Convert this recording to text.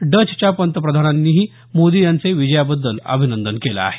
डचच्या पंतप्रधानांनीही मोदी यांचे विजयाबद्दल अभिनंदन केलं आहे